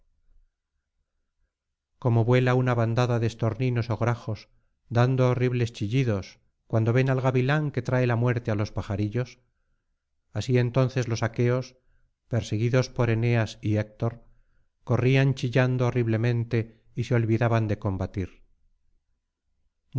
como vuela una bandada de estorninos ó grajos dando horribles chillidos cuando ven al gavilán que trae la muerte á los pajarillos así entonces los aqueos perseguidos por eneas y héctor corrían chillando horriblemente y se olvidaban de combatir